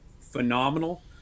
phenomenal